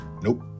nope